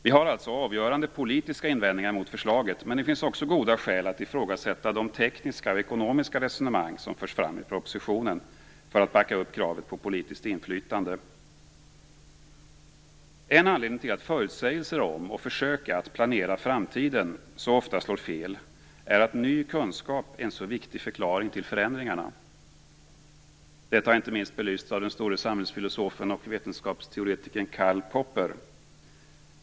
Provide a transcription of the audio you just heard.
Vi har alltså avgörande politiska invändningar mot förslaget, men det finns också goda skäl att ifrågasätta de tekniska och ekonomiska resonemang som förs fram i propositionen för att backa upp kravet på politiskt inflytande. En anledning till att förutsägelser om och försök att planera framtiden så ofta slår fel är att ny kunskap är en så viktig förklaring till förändringarna. Detta har inte minst belysts av den store samhällsfilosofen och vetenskapsteoretikern Karl Popper.